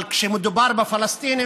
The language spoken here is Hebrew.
אבל כשמדובר בפלסטינים,